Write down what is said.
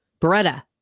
beretta